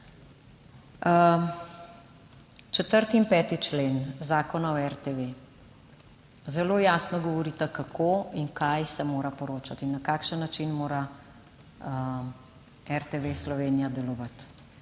4. in 5. člen zakona o RTV zelo jasno govorita kako in kaj se mora poročati in na kakšen način mora RTV Slovenija delovati.